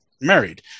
married